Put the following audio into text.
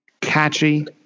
catchy